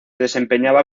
desempeñaba